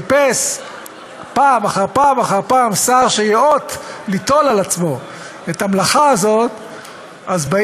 חיפש פעם אחר פעם אחר פעם שר שייאות ליטול על עצמו את המלאכה הזאת,